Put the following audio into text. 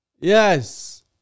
Yes